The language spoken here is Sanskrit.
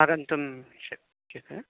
आगन्तुं शक्यते